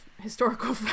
historical